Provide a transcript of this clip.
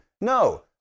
No